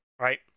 Right